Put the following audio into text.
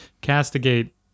castigate